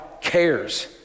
cares